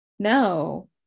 no